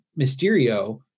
Mysterio